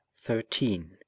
thirteen